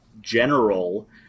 general